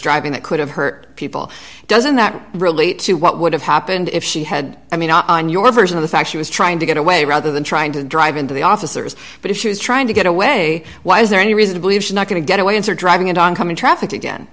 driving that could have hurt people doesn't that relate to what would have happened if she had i mean on your version of the fact she was trying to get away rather than trying to drive into the officers but if she was trying to get away why is there any reason to believe she's not going to get away and her driving it on coming traffic again